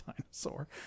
dinosaur